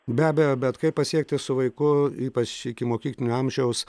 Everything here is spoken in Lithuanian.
be abejo bet kaip pasiekti su vaiku ypač ikimokyklinio amžiaus